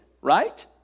right